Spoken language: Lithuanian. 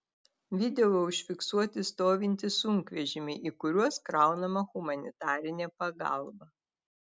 video užfiksuoti stovintys sunkvežimiai į kuriuos kraunama humanitarinė pagalba